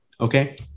Okay